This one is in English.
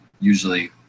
usually